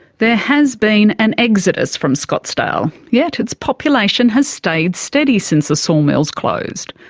there has been an exodus from scottsdale, yet its population has stayed steady since the sawmills closed.